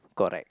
correct